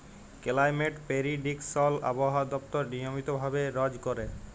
climate prediction আবহাওয়া দপ্তর নিয়মিত ভাবে রজ ক্যরে